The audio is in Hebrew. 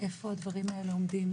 איפה הדברים האלה עומדים,